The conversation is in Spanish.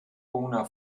una